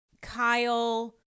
Kyle